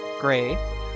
Gray